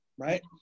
Right